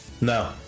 no